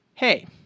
Hey